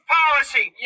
policy